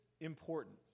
important